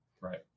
right